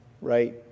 right